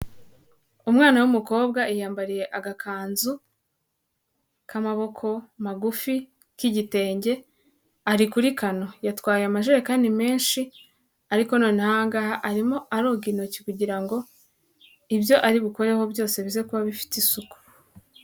Umwana w'umukobwa yiyambariye agakanzu k'amaboko magufi k'igitenge, ari kuri kanano, yatwaye amajerekani menshi ariko noneho aha ngaha arimo aroga intoki kugira ngo ibyo ari bukorereho byose bize kuba bifite isuku.